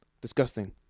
Disgusting